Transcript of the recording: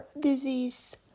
disease